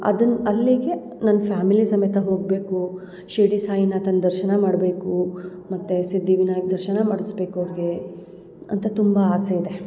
ಅದನ್ನು ಅಲ್ಲಿಗೆ ನನ್ನ ಫ್ಯಾಮಿಲಿ ಸಮೇತ ಹೋಗಬೇಕು ಶಿರಡಿ ಸಾಯಿನಾಥನ ದರ್ಶನ ಮಾಡ್ಬೇಕು ಮತ್ತು ಸಿದ್ಧಿವಿನಾಯಕ ದರ್ಶನ ಮಾಡ್ಸ್ಬೇಕು ಅವ್ರಿಗೆ ಅಂತ ತುಂಬ ಆಸೆ ಇದೆ